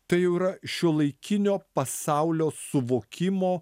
tai jau yra šiuolaikinio pasaulio suvokimo